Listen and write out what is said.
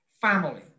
family